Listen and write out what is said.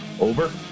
over